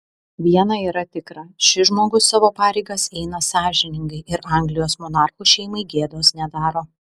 viena yra tikra šis žmogus savo pareigas eina sąžiningai ir anglijos monarchų šeimai gėdos nedaro